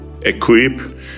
equip